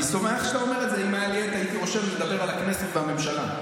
לא הייתה הצבעה בממשלה.